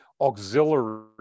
auxiliary